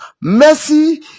Mercy